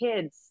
kids